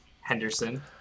Henderson